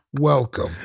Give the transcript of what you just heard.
welcome